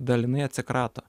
dalinai atsikrato